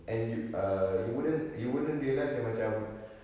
and you err you wouldn't you wouldn't realize ya macam